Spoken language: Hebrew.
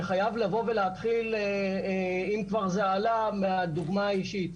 חייב לבוא ולהתחיל אם כבר זה עלה מהדוגמה האישית,